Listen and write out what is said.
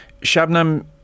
Shabnam